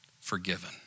forgiven